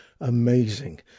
amazing